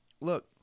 look